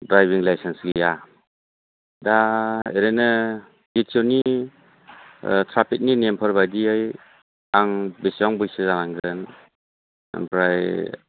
driving licence गैया दा ओरिनो डिटिअ नि ओ ट्राफिकनि नेमफोर बायदियै आं बेसेबां बैसोनि जानांगोन ओमफ्राय